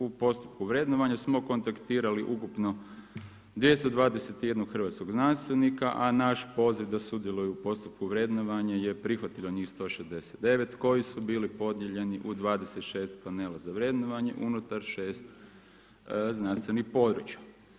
U postupku vrednovanja smo kontaktirali ukupno 221 hrvatskog znanstvenika a naš poziv da sudjeluju u postupku vrednovanja je prihvatilo njih 169 koji su bili podijeljeni u 26 panel za vrednovanje unutar 6 znanstvenih područja.